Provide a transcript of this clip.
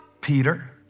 Peter